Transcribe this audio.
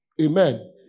Amen